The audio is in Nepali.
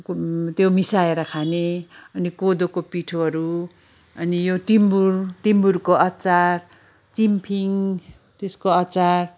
त्यो मिसाएर खाने अनि कोदोको पिठोहरू अनि यो टिम्बुर टिम्बुरको अचार चिम्फिङ त्यसको अचार